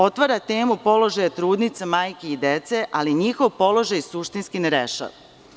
Otvara temu položaja trudnica, majki i dece, ali njihov položaj suštinski ne rešava.